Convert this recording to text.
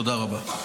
תודה רבה.